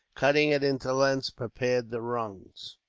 cutting it into lengths, prepared the rungs.